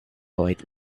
light